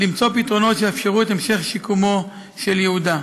למצוא פתרונות שיאפשרו את המשך שיקומו של יהודה.